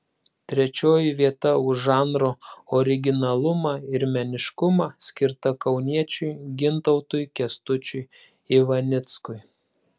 trečioji vieta už žanro originalumą ir meniškumą skirta kauniečiui gintautui kęstučiui ivanickui